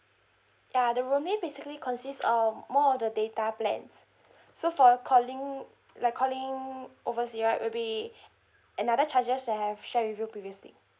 ya the roaming basically consists of more of the data plans so for calling like calling overseas right will be another charges that I've shared with you previously